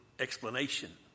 explanation